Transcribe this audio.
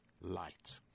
light